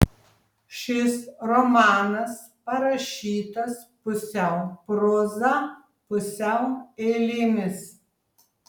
šis romanas parašytas pusiau proza pusiau eilėmis